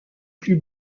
plus